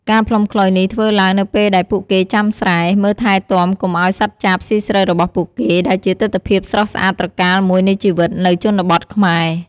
ការផ្លុំខ្លុយនេះធ្វើឡើងនៅពេលដែលពួកគេចាំស្រែ មើលថែទាំកុំឲ្យសត្វចាបស៊ីស្រូវរបស់ពួកគេ ដែលជាទិដ្ឋភាពដ៏ស្រស់ត្រកាលមួយនៃជីវិតនៅជនបទខ្មែរ។